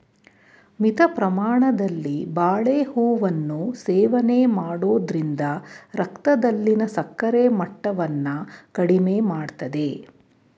ಮಿತ ಪ್ರಮಾಣದಲ್ಲಿ ಬಾಳೆಹೂವನ್ನು ಸೇವನೆ ಮಾಡೋದ್ರಿಂದ ರಕ್ತದಲ್ಲಿನ ಸಕ್ಕರೆ ಮಟ್ಟವನ್ನ ಕಡಿಮೆ ಮಾಡ್ತದೆ